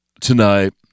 Tonight